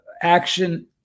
action